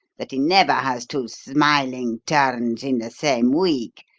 that he never has two smiling turns in the same week,